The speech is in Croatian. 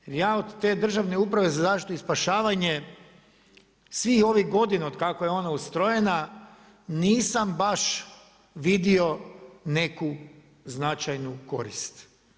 Jer ja od te Državne uprave za zaštitu i spašavanje svih ovih godina od kako je ona ustrojena nisam baš vidio neku značajnu korist.